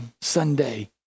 Sunday